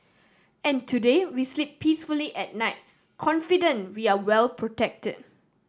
and today we sleep peacefully at night confident we are well protected